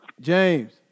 James